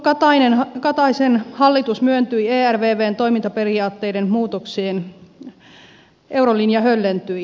kun kataisen hallitus myöntyi ervvn toimintaperiaatteiden muutoksiin eurolinja höllentyi